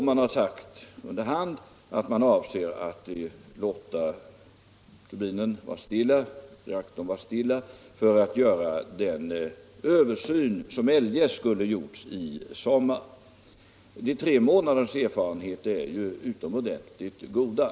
Man har nu under hand sagt att man avser att låta reaktorn stå stilla för att göra den översyn som eljest skulle ha gjorts i sommar. De tre månadernas erfarenheter är utomordentligt goda.